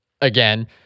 Again